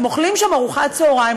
הם אוכלים שם ארוחת צהריים,